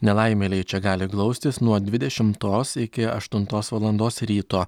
nelaimėliai čia gali glaustis nuo dvidešimtos iki aštuntos valandos ryto